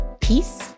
peace